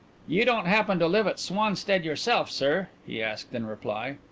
you don't happen to live at swanstead yourself, sir? he asked in reply.